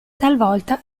talvolta